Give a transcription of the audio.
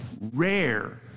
rare